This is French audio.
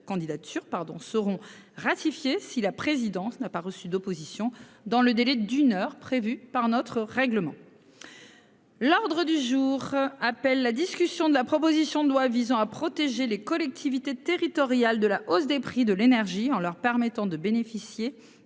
seront ratifiées si la présidence n'a pas reçu d'opposition dans le délai d'une heure prévue par notre règlement.-- L'ordre du jour appelle la discussion de la proposition de loi visant à protéger les collectivités territoriales de la hausse des. Prix de l'énergie en leur permettant de bénéficier